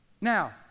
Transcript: Now